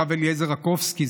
הרב אליעזר רקובסקי,